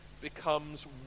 becomes